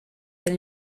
del